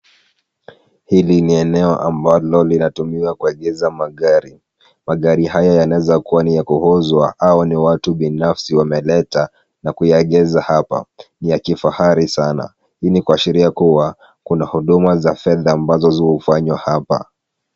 Hili ni eneo ambalo linatumiwa kuegeza magari ,magari hayo yanaweza kuwa niya kuuzwa au ni watu bianafsi wameleta na kuyaegeza hapa , ya kifahari sana, hii ni kuashiria kua Kuna huduma za fedha ambazo ufanywa hapa.